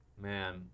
man